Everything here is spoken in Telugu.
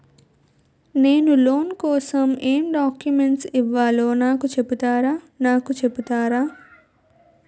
నేను లోన్ కోసం ఎం డాక్యుమెంట్స్ ఇవ్వాలో నాకు చెపుతారా నాకు చెపుతారా?